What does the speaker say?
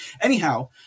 anyhow